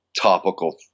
topical